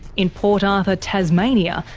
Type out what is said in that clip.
in port arthur, tasmania,